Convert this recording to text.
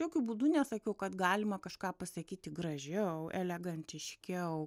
jokiu būdu nesakiau kad galima kažką pasakyti gražiau elegantiškiau